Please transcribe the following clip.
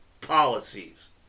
policies